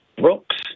Brooks